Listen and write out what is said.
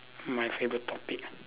my favourite topic ah